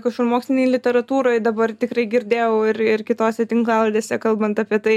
kažkur mokslinėj literatūroj dabar tikrai girdėjau ir ir kitose tinklalaidėse kalbant apie tai